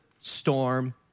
storm